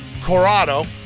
Corrado